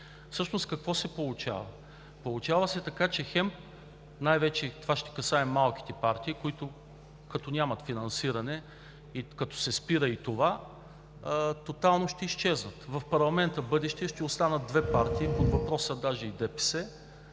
Всъщност какво се получава? Получава се така, че това ще касае най-вече малките партии, които, като нямат финансиране и като се спира и това, тотално ще изчезват. В бъдещия парламент ще останат две партии, под въпрос са даже и ДПС.